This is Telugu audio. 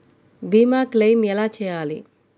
భీమ క్లెయిం ఎలా చేయాలి?